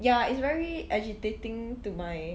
ya it's very agitating to my